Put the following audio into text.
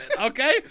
Okay